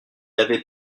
avait